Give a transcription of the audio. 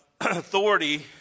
authority